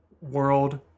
world